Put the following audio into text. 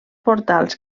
portals